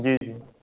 जी जी